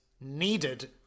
needed